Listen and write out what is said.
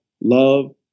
love